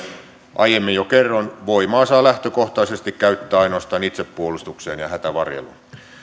aiemmin jo kerroin voimaa saa lähtökohtaisesti käyttää ainoastaan itsepuolustukseen ja hätävarjeluun